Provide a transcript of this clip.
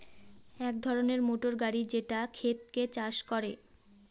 এক ধরনের মোটর গাড়ি যেটা ক্ষেতকে চাষ করে